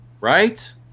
right